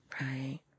right